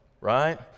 right